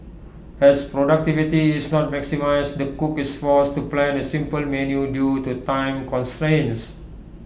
as productivity is not maximised the cook is forced to plan A simple menu due to time constraints